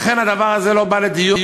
לכן הדבר הזה לא בא לדיון,